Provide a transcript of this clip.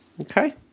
okay